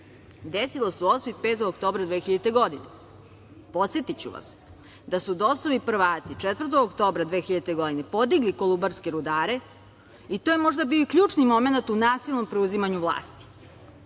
desilo se u osvit 5. oktobra 2000. godine. Podsetiću vas da su DOS-ovi prvaci 4. oktobra 2000. godine podigli kolubarske rudare i to je možda bio ključni momenat u nasilnom preuzimanju vlasti. Bez